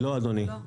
לא אדוני.